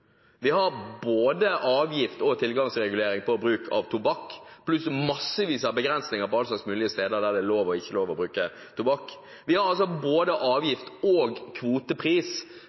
Vi har både avgift og tilgangsregulering på bruk av tobakk pluss mange begrensninger på hvilke steder det er lov og ikke lov å bruke tobakk. Vi har både avgifter og kvotepris på utslipp fra norsk sokkel, og vi har avgift og utslippstillatelser, dvs. kvotepris